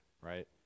right